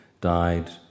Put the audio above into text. died